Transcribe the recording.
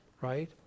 right